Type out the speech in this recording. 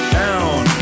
down